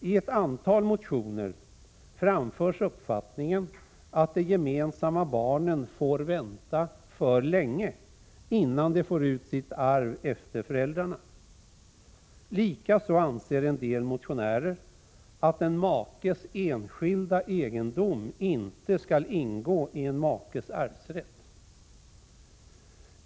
I ett antal motioner framförs uppfattningen att de gemensamma barnen får vänta för länge innan de får ut sitt arv efter föräldrarna. Likaså anser en del motionärer att en makes enskilda egendom inte skall ingå i en makes arvsrätt.